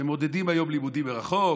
שמעודדים היום לימודים מרחוק,